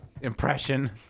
impression